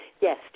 Yes